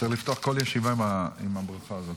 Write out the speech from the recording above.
צריך לפתוח כל ישיבה עם הברכה הזאת.